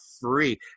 free